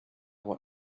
what